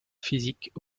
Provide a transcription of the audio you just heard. physiques